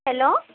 hello